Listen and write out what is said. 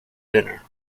dinner